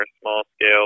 small-scale